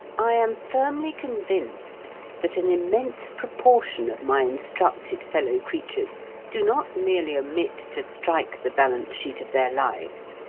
i am firmly convinced that an immense proportion of my instructed fellow-creatures do not merely omit to strike the balance-sheet of their lives,